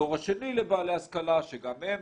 הדור השני לבעלי השכלה שגם הם